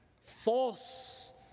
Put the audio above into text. false